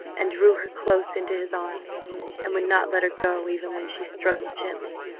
and drew her close into his arms and would not let her go even when she struggled gently.